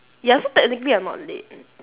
ya so technically I'm not late